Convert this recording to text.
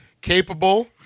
capable